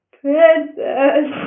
princess